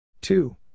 Two